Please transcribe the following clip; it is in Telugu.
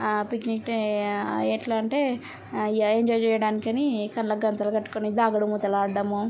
ఆ పిక్నిక్ ఎట్లా అంటే ఎంజాయ్ చేయడానికి అని కళ్ళకి గంతులు కట్టుకొని దాగుడుమూతలు ఆడ్డము